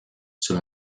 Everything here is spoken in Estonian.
sul